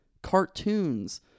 Cartoons